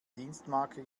dienstmarke